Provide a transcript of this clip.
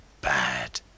bad